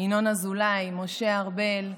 ינון אזולאי, משה ארבל,